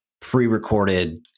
pre-recorded